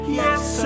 yes